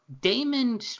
Damon